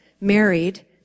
married